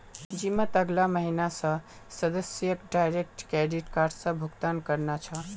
जिमत अगला महीना स सदस्यक डायरेक्ट क्रेडिट स भुक्तान करना छ